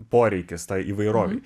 poreikis tai įvairovei